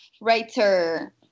Writer